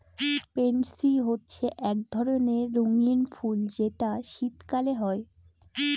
pansy হচ্ছে এক ধরণের রঙ্গীন ফুল যেটা শীতকালে হয়